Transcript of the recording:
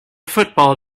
football